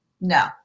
No